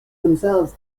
themselves